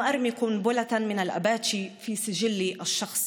אני שואלת את עצמי איזה כלים לחיים